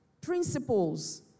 principles